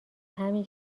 همین